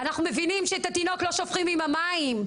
אנחנו מבינים שאת התינוק לא שופכים עם המים,